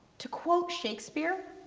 to quote shakespeare,